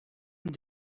them